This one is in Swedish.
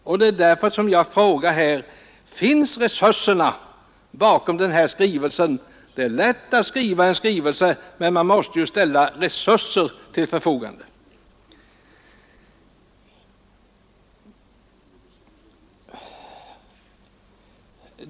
Därför frågar jag: Finns resurserna bakom denna skrivelse? Det är lätt att skriva en skrivelse, men man måste ställa resurserna till förfogande.